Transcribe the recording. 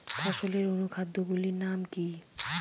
ফসলের অনুখাদ্য গুলির নাম কি?